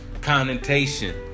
connotation